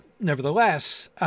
nevertheless